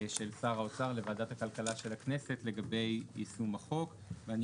של שר האוצר לוועדת הכלכלה של הכנסת לגבי יישום החוק ואני